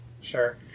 Sure